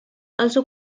also